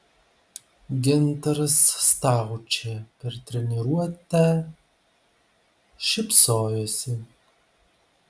gintaras staučė per treniruotę šypsojosi